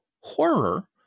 horror